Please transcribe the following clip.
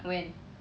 when